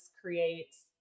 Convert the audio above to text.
creates